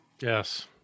Yes